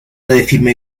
decirme